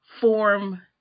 form